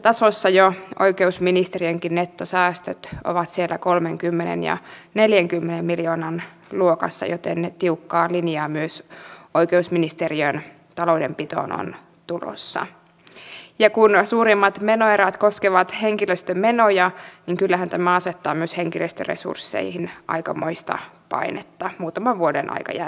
niin kuin me kaikki tiedämme liikennepolitiikka on se tämän maan verisuonisto mikä pitää pitää pyörimässä jotta meillä elinkeinoelämäkin pyörii ja joka puolella suomea on niin asumisen elämisen kuin myös työssäkäynnin edellytykset